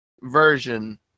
version